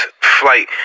Flight